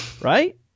right